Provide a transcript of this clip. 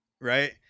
right